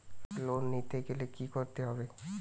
Loan নিতে গেলে কি করতে হবে?